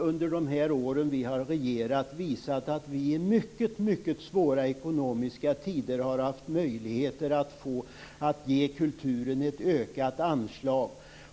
Under de år vi har regerat har vi visat att vi i mycket svåra ekonomiska tider har kunnat ge kulturen ett ökat anslag.